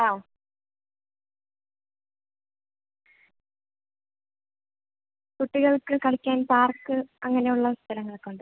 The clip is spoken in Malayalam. ആ കുട്ടികൾക്ക് കളിക്കാൻ പാർക്ക് അങ്ങനെയുള്ള സ്ഥലങ്ങളൊക്കെ ഉണ്ടോ